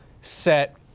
set